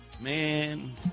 Man